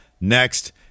next